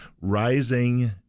rising